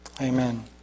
amen